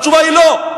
התשובה היא לא.